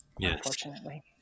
unfortunately